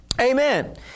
Amen